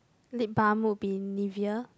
lip balm would be Nivea